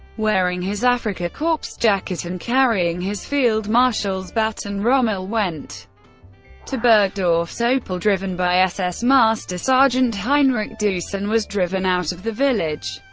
wearing his afrika korps jacket and carrying his field marshal's baton, rommel went to burgdorf's opel, driven by ss master sergeant heinrich doose, and was driven out of the village.